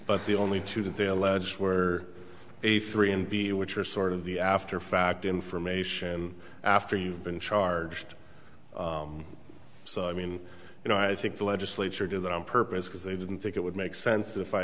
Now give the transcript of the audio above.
but the only two that they alleged were a three and b which are sort of the after fact information after you've been charged so i mean you know i think the legislature did that on purpose because they didn't think it would make sense if i